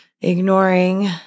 ignoring